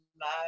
love